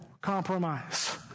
compromise